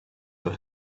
for